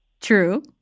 True